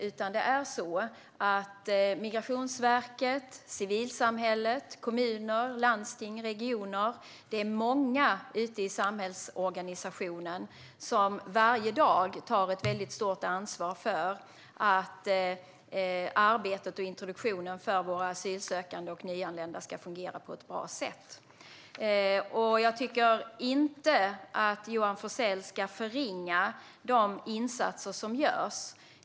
Det är många ute i samhällsorganisationen - Migrationsverket, civilsamhället, kommuner, landsting och regioner - som varje dag tar ett väldigt stort ansvar för att arbetet och introduktionen för våra asylsökande och nyanlända ska fungera på ett bra sätt. Jag tycker inte att Johan Forssell ska förringa de insatser som görs.